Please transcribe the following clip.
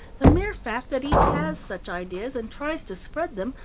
the mere fact that he has such ideas and tries to spread them,